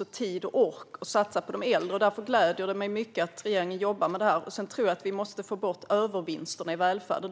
den tid och ork att satsa på de äldre. Jag gläds därför mycket över att regeringen jobbar med detta. Jag tror för övrigt att vi måste få bort övervinsterna i välfärden.